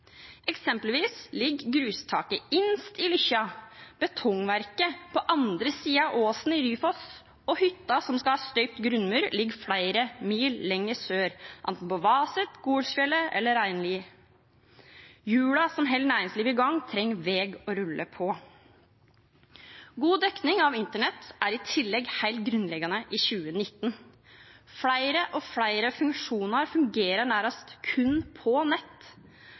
Eksempelvis ligger grustaket innerst i Lykkja, betongverket på andre siden av åsen, i Ryfoss, og hytta som skal ha støpt grunnmur, ligger flere mil lenger sør, enten på Vaset, Golsfjellet eller Reinli. Hjulene som holder næringslivet i gang, trenger vei å rulle på. God internettdekning er i tillegg helt grunnleggende i 2019. Flere og flere funksjoner fungerer nærmest kun på nett.